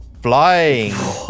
flying